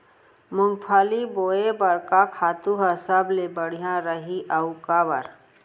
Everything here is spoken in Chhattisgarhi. मूंगफली बोए बर का खातू ह सबले बढ़िया रही, अऊ काबर?